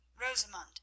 Rosamund